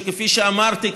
וכפי שאמרתי,